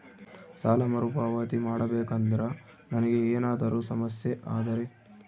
ಸಾಲ ಮರುಪಾವತಿ ಮಾಡಬೇಕಂದ್ರ ನನಗೆ ಏನಾದರೂ ಸಮಸ್ಯೆ ಆದರೆ?